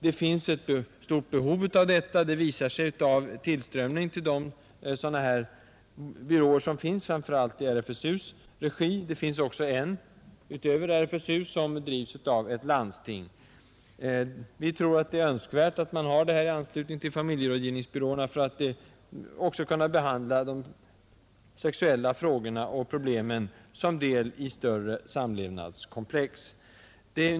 Det finns ett stort behov av detta, vilket bl.a. framgår av tillströmningen till de rådgivningsbyråer som finns, framför allt i RFSU:s regi. Det finns utöver de senare också en byrå som drivs av ett landsting. Vi tror att det är önskvärt att man har denna verksamhet i anslutning till familjerådgivningsbyråerna för att också kunna behandla de sexuella frågorna som en del av allmänna samlevnadskomplex.